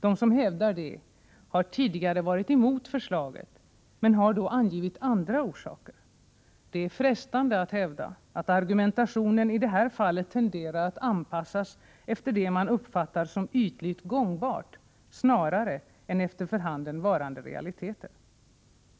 De som hävdar detta har tidigare varit emot förslaget, men har då angivit andra orsaker. Det är frestande att hävda att argumentationen i detta fall tenderar att anpassas efter det man uppfattar som ytligt gångbart snarare än efter för handen varande realiteter.